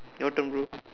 your turn bro